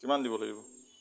কিমান দিব লাগিব